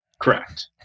Correct